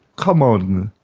come on,